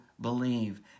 believe